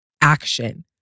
action